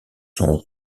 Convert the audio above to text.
sont